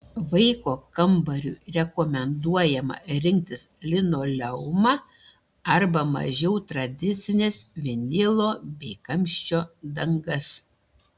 vaiko kambariui rekomenduojama rinktis linoleumą arba mažiau tradicines vinilo bei kamščio dangas